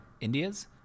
India's